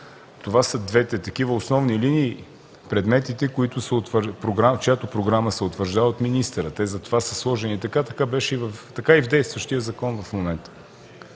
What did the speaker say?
това са двете основни линии и предметите, чиято програма се утвърждава от министъра. Те затова са сложени така. Така е и в действащия закон в момента.